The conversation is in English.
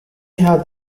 had